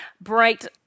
bright